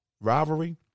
rivalry